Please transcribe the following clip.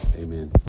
Amen